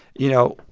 you know,